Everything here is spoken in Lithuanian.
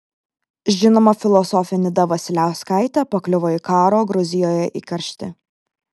žinoma filosofė nida vasiliauskaitė pakliuvo į karo gruzijoje įkarštį